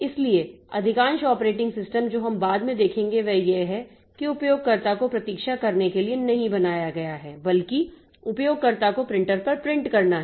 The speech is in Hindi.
इसलिए अधिकांश ऑपरेटिंग सिस्टम जो हम बाद में देखेंगे वह यह है कि उपयोगकर्ता को प्रतीक्षा करने के लिए नहीं बनाया गया है बल्कि उपयोगकर्ता को प्रिंटर पर प्रिंट करना है